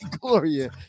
gloria